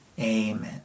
Amen